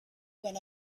when